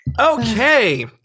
Okay